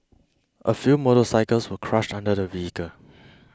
a few motorcycles were crushed under the vehicle